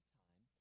time